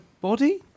body